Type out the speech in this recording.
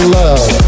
love